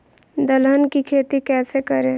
दलहन की खेती कैसे करें?